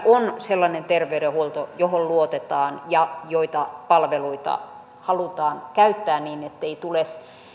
on sellainen terveydenhuolto johon luotetaan ja joita palveluita halutaan käyttää niin ettei tule